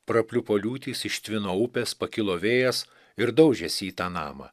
prapliupo liūtys ištvino upės pakilo vėjas ir daužėsi į tą namą